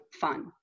fun